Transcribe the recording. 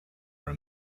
are